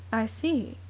i see,